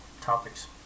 topics